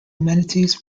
amenities